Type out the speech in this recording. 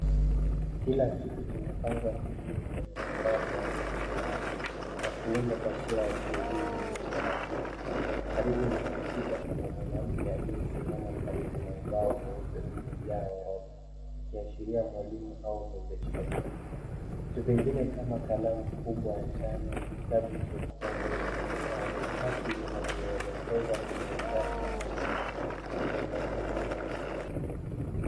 Kila kitu kimepangwa vizuri kwenye mandhari ya dawati na kuunda taswira ya kielimu ya utaratibu. Karibu na kompyuta kuna mwanamke aliyesimama karibu na ubao mweupe uliojaa ordha ukiashiria mwalimu au mwezeshaji. Vitu vingine kama kalamu kubwa ya njano, kitabu chekundu rangi tatu linavyoelekeza kwenye data au takwimu vimeenea.